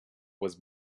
was